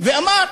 ואמר: